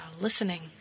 listening